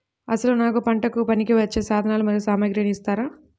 అసలు నాకు పంటకు పనికివచ్చే సాధనాలు మరియు సామగ్రిని ఇస్తారా?